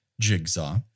jigsaw